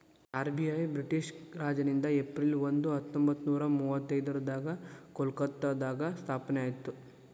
RBI British ರಾಜನಿಂದ April ಒಂದ ಹತ್ತೊಂಬತ್ತನೂರ ಮುವತ್ತೈದ್ರಾಗ ಕಲ್ಕತ್ತಾದಾಗ ಸ್ಥಾಪನೆ ಆಯ್ತ್